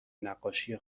نقاشی